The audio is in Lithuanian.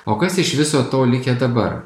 o kas iš viso to likę dabar